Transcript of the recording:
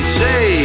say